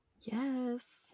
Yes